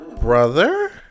brother